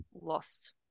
lost